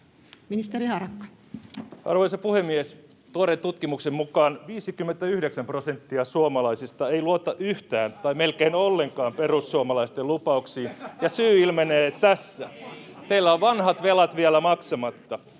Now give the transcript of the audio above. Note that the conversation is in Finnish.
Arvoisa puhemies! Tuoreen tutkimuksen mukaan 59 prosenttia suomalaisista ei luota yhtään tai melkein ollenkaan [Perussuomalaisten ryhmästä: Saataisiinko vastaus?] perussuomalaisten lupauksiin, ja syy ilmenee tässä. Teillä on vanhat velat vielä maksamatta.